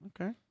Okay